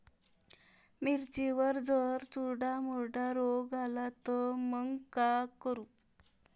मिर्चीवर जर चुर्डा मुर्डा रोग आला त मंग का करू?